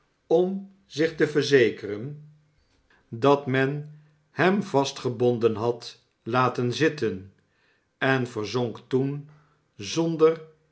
om zich te verzekeren dat men hem vastgebonden had laten zitten en verzonk toen zonder